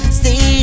stay